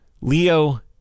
Leo